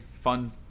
fun